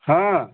ହଁ